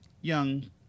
young